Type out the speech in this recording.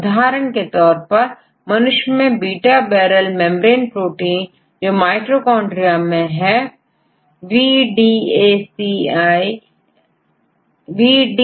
उदाहरण के तौर पर मनुष्य में बीटा बैरल मेंब्रेन प्रोटीन जो माइटोकॉन्ड्रिया में हैVDAC